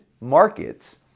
markets